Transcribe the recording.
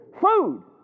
Food